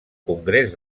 congrés